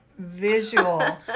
visual